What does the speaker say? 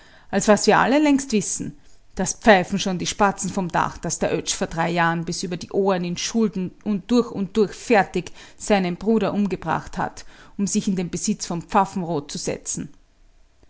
als was wir alle längst wissen das pfeifen schon die spatzen vom dach daß der oetsch vor drei jahren bis über die ohren in schulden und durch und durch fertig seinen bruder umgebracht hat um sich in den besitz von pfaffenrod zu setzen